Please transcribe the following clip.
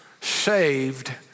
saved